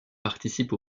participe